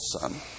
Son